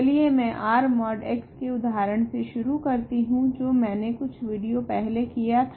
चलिए मैं R mod x के उदाहरण से शुरू करती हूँ जो मैंने कुछ विडियो पहले किया था